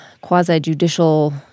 quasi-judicial